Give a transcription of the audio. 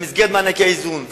במסגרת מענקי איזון,